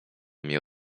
mnie